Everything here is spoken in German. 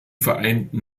vereinten